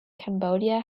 cambodia